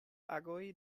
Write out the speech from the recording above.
agoj